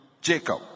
Jacob